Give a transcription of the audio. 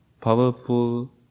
powerful